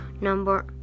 number